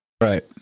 Right